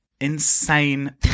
insane